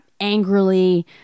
angrily